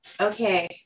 Okay